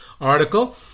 article